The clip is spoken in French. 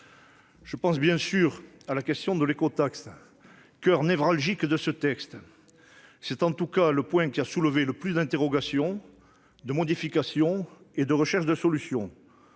Je pense évidemment à la question de l'écotaxe, coeur névralgique du texte. C'est en tout cas le point qui a soulevé le plus d'interrogations, de modifications et de recherches de solutions.